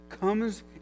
comes